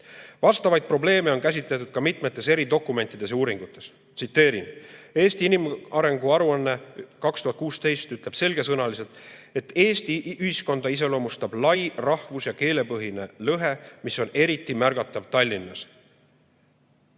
probleeme on käsitletud ka mitmetes eri dokumentides ja uuringutes. Eesti inimarengu aruanne 2016 ütleb selgesõnaliselt: "Eesti ühiskonda iseloomustab lai rahvus- ja keelepõhine lõhe, mis on eriti märgatav Tallinnas.